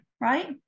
right